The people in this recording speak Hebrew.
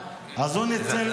אז הוא ניצל את זה לרעה.